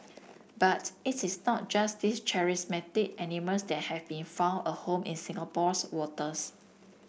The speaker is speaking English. but it is not just these charismatic animals that have been found a home in Singapore's waters